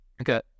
Okay